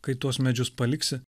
kai tuos medžius paliksi